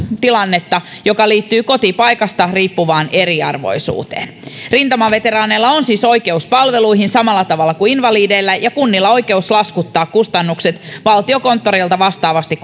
tilannetta joka liittyy kotipaikasta riippuvaan eriarvoisuuteen rintamaveteraaneilla on siis oikeus palveluihin samalla tavalla kuin invalideilla ja kunnilla on oikeus laskuttaa kustannukset valtiokonttorilta vastaavasti